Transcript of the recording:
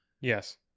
yes